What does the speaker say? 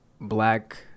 black